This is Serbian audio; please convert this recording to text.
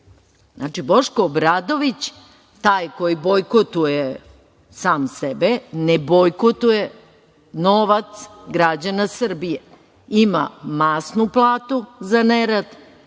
to. Znači, Boško Obradović, taj koji bojkotuje sam sebe, ne bojkotuje novac građana Srbije, ima masnu platu za nerad,